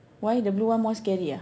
why the blue one more scary ah